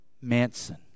Manson